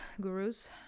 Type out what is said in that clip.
gurus